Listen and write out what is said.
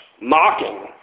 mocking